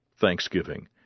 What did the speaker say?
Thanksgiving